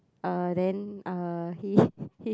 uh then uh he